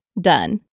done